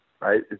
Right